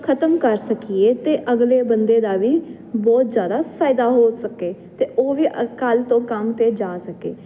ਖਤਮ ਕਰ ਸਕੀਏ ਤੇ ਅਗਲੇ ਬੰਦੇ ਦਾ ਵੀ ਬਹੁਤ ਜਿਆਦਾ ਫਾਇਦਾ ਹੋ ਸਕੇ ਤੇ ਉਹ ਵੀ ਕੱਲ ਤੋਂ ਕੰਮ ਤੇ ਜਾ ਸਕੇ